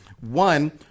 One